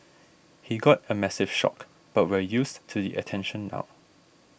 he got a massive shock but we're used to the attention now